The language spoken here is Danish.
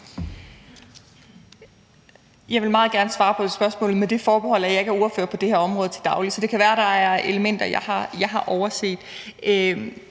Jeg vil meget gerne svare på det spørgsmål med det forbehold, at jeg ikke er ordfører på det her område til daglig, så det kan være, at der er elementer, jeg har overset.